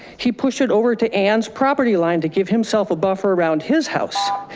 he pushed it over to anne's property line to give himself above around his house,